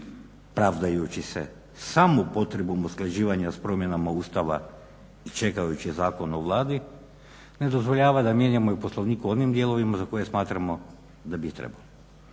pravdajući se sam upotrebom usklađivanja s promjenama Ustava čekajući Zakon o Vladi ne dozvoljava da mijenjamo i Poslovnik u onim dijelovima za koje smatramo da bi trebalo.